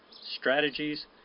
strategies